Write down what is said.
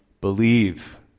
believe